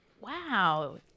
Wow